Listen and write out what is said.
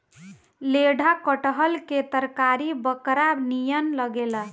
लेढ़ा कटहल के तरकारी बकरा नियन लागेला